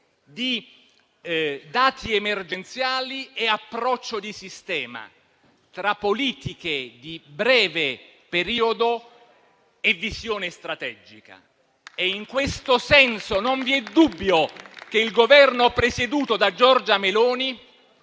di dati emergenziali, e approccio di sistema, tra politiche di breve periodo e visione strategica. In questo senso non vi è dubbio che il Governo presieduto da Giorgia Meloni